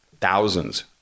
Thousands